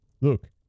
Look